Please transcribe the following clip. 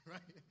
Right